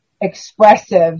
expressive